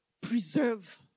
preserve